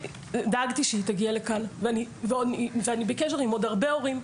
דאגתי שהיא תגיע לכאן ואני בקשר עם עוד הרבה הורים,